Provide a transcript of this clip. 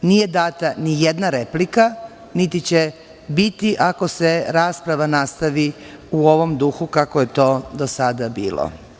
Nije data ni jedna replika, niti će biti ako se rasprava nastavi u ovom duhu kako je to do sada bilo.